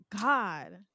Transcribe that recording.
god